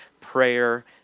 prayer